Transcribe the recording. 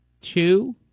Two